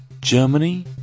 Germany